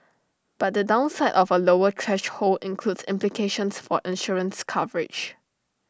but the downside of A lower threshold includes implications for insurance coverage